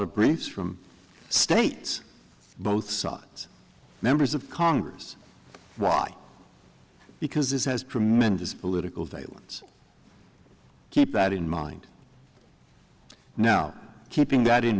grief from states both sides members of congress why because this has tremendous political violence keep that in mind now keeping that in